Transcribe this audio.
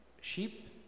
Sheep